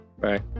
bye